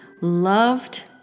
loved